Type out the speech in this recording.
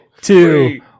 two